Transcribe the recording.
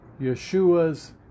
Yeshua's